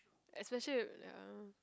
especially ya